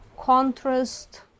contrast